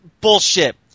bullshit